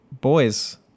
boys